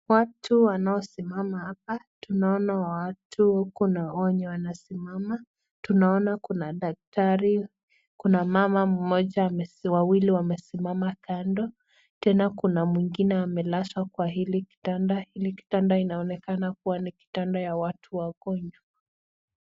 Watu wanao simama hapa. Tunaona watu huku wenye wanasimama. Tunaona kuna daktari, kuna mama mmoja, wawili wamesi kando. Tena kuna mwingine amelazwa kwa hili kitanda linaonekana kua ni kitanda la watu wagonjwa.